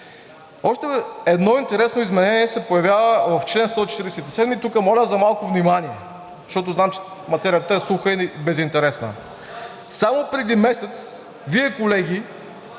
Още едно интересно изменение се появява в чл. 147. Тук моля за малко внимание, защото знам, че материята е суха и безинтересна. Само преди месец Вие, колеги,